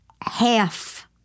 half